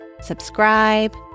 subscribe